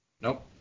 Nope